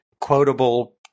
quotable